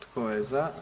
Tko je za?